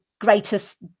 greatest